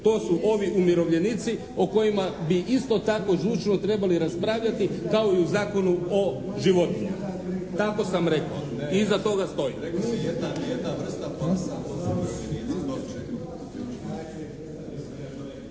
To su ovi umirovljenici o kojima bi isto tako žučno trebali raspravljati kao i u Zakonu o životinjama. Tako sam rekao i iza toga stojim.